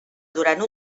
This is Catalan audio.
durant